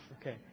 Okay